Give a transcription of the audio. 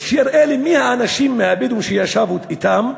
שיראה לי מי האנשים הבדואים שישב אתם,